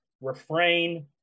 refrain